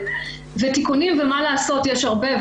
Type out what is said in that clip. תיקונים ומה לעשות יש הרבה.